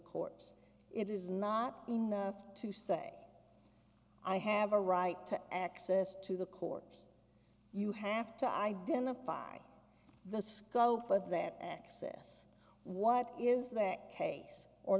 court it is not enough to say i have a right to access to the court you have to identify the scope of that access what is that case or